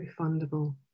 refundable